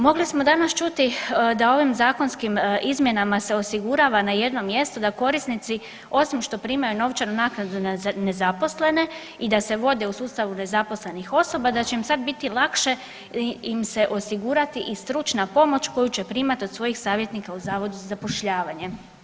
Mogli smo danas čuti da ovim zakonskim izmjenama se osigurava na jednom mjestu, da korisnici osim što primaju novčanu naknadu za nezaposlene i da se vode u sustavu nezaposlenih osoba da će im sad biti lakše im se osigurati i stručna pomoć koju će primati od svojih savjetnika u Zavodu za zapošljavanje.